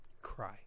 Cry